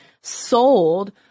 sold